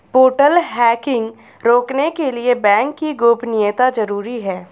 portal hacking रोकने के लिए बैंक की गोपनीयता जरूरी हैं